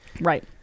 Right